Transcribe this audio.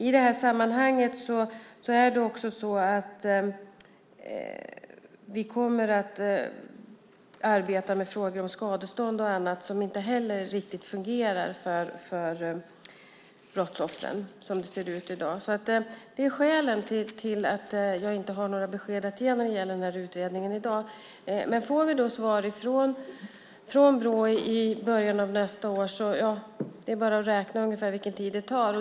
I sammanhanget kommer vi också att arbeta med frågor om skadestånd och annat som inte heller riktigt fungerar för brottsoffren som det ser ut i dag. Detta är skälen till att jag inte har några besked att ge i dag när det gäller den här utredningen. Men får vi svar från Brå i början av nästa år är det bara att räkna framåt ungefär vilken tid det tar.